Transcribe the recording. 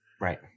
Right